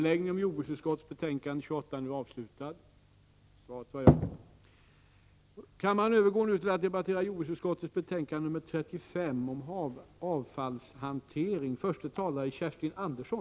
Kammaren övergår nu till att debattera utbildningsutskottets betänkande 29 om anslag till utbildning för kulturoch informationsyrken.